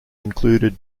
included